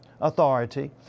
authority